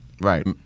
Right